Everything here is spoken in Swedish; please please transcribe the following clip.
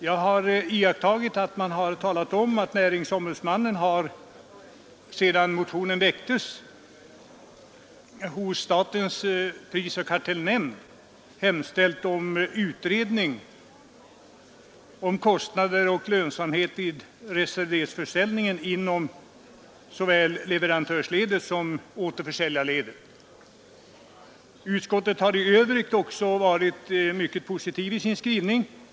Jag har noterat utskottets påpekande att näringsombudsmannen, efter det att motionen väcktes, hos statens prisoch kartellnämnd har hemställt om utredning av kostnader och lönsamhet vid reservdelsförsäljningen inom såväl leverantörsledet som återförsäljarledet. Utskottet har också i övrigt varit mycket positivt i sin skrivning.